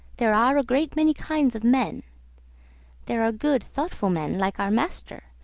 there are a great many kinds of men there are good thoughtful men like our master,